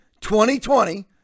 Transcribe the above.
2020